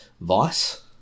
Vice